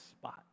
spot